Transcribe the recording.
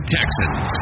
Texans